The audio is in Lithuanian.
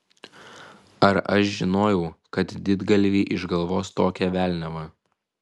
ar aš žinojau kad didgalviai išgalvos tokią velniavą